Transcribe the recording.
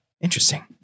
Interesting